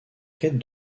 quête